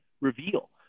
reveal